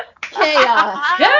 Chaos